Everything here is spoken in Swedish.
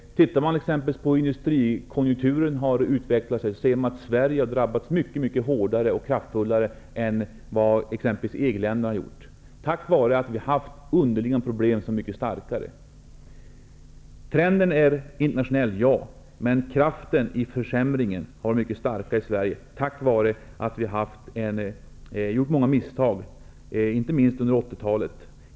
Om man t.ex. tittar på hur industrikonjunkturen har utvecklat sig, ser man att Sverige har drabbats mycket hårdare och kraftfullare än t.ex. EG länderna på grund av att vi har haft underliggande problem som är mycket starkare. Trenden är alltså internationell, men kraften i försämringen har varit mycket starkare i Sverige på grund av att vi har gjort många misstag, inte minst under 80-talet.